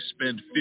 spend